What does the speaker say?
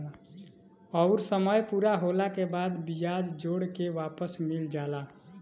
अउर समय पूरा होला के बाद बियाज जोड़ के वापस मिल जाला